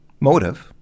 motive